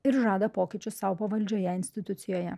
ir žada pokyčius sau pavaldžioje institucijoje